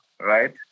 Right